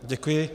Děkuji.